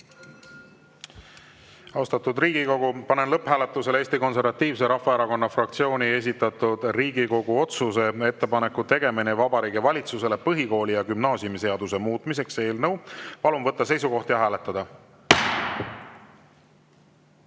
Austatud Riigikogu, panen lõpphääletusele Eesti Konservatiivse Rahvaerakonna fraktsiooni esitatud Riigikogu otsuse "Ettepaneku tegemine Vabariigi Valitsusele põhikooli‑ ja gümnaasiumiseaduse muutmiseks" eelnõu. Palun võtta seisukoht ja hääletada!